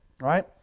right